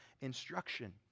instruction